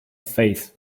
faith